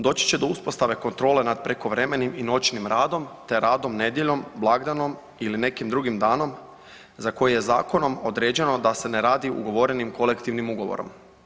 Doći će do uspostave kontrole nad prekovremenim i noćnim radom te radom nedjeljom, blagdanom ili nekim drugim danom za koji je zakonom određeno da se ne radi ugovorenim kolektivnim ugovorom.